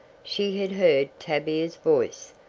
she had heard tavia's voice,